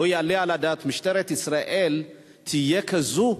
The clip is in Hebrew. לא יעלה על הדעת שמשטרת ישראל תהיה כזו,